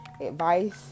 advice